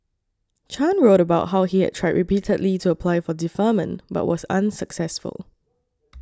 Chan wrote about how he had tried repeatedly to apply for deferment but was unsuccessful